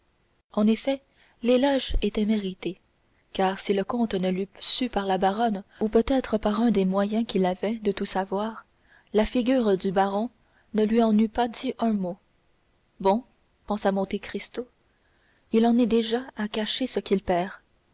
en effet l'éloge était mérité car si le comte ne l'eût su par la baronne ou peut-être par un des moyens qu'il avait de tout savoir la figure du baron ne lui en eût pas dit un mot bon pensa monte cristo il en est déjà à cacher ce qu'il perd